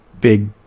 big